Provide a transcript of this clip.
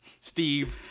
Steve